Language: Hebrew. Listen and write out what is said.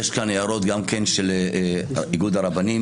יש גם הערות של איגוד הרבנים,